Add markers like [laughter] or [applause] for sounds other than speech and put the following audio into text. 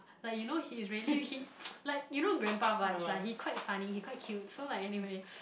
like you know he's really he [noise] like you know grandpa vibes lah he quite funny he quite cute so like anyway